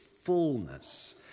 fullness